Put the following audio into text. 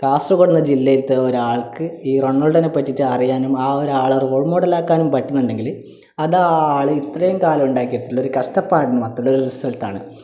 കാസർഗോഡ് എന്ന് ജില്ലയിലത്തെ ഒരാൾക്ക് ഈ റൊണോൾഡോനെ പറ്റിയിട്ട് അറിയാനും ആ ഒരു ആളെ റോൾ മോഡലാക്കാനും പറ്റുന്നുണ്ടെങ്കിൽ അത് ആ ആള് ഇത്രയും കാലം ഉണ്ടാക്കിയെടുത്തിട്ടുള്ള ഒരു കഷ്ടപ്പാടിന് മാത്രമുള്ള ഒരു റിസൽട്ടാണ്